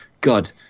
God